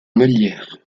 meulière